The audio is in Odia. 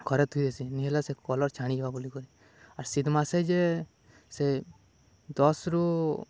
ଖରେ ଥୋଇଦେସିଁ ନିହେଲେ ସେ କଲର୍ ଛାଡ଼ିଯିବା ବୋଲିିକରି ଆର୍ ଶୀତ୍ ମାସେ ଯେ ସେ ଦଶ୍ରୁ